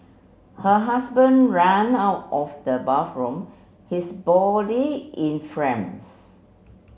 her husband ran out of the bathroom his body in